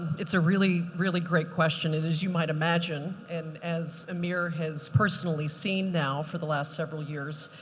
it's a really really great question. it is, you might imagine, and as amir has personally seen now for the last several years,